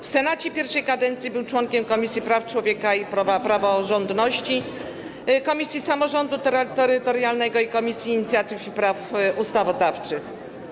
W Senacie I kadencji był członkiem Komisji Praw Człowieka i Praworządności, Komisji Samorządu Terytorialnego i Komisji Inicjatyw i Praw Ustawodawczych.